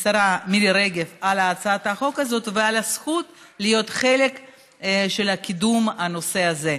לשרה מירי רגב על הצעת החוק הזאת ועל הזכות להיות חלק מקידום הנושא הזה.